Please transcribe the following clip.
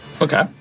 okay